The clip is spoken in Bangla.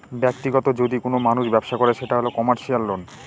ব্যাক্তিগত যদি কোনো মানুষ ব্যবসা করে সেটা হল কমার্সিয়াল লোন